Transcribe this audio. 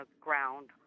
ground